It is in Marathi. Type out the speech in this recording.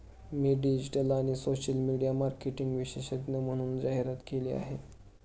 मी डिजिटल आणि सोशल मीडिया मार्केटिंग विशेषज्ञ म्हणून जाहिरात केली आहे